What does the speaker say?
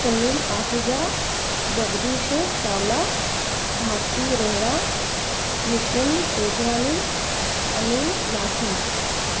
Sunil Ahuja Jagdish Chawla Bharti Rohida Nitin Tejwani Anil Lasi